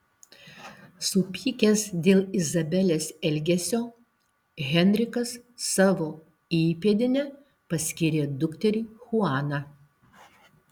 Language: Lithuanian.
supykęs dėl izabelės elgesio henrikas savo įpėdine paskyrė dukterį chuaną